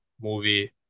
movie